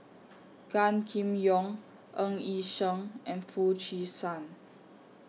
Gan Kim Yong Ng Yi Sheng and Foo Chee San